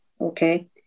okay